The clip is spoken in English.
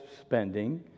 spending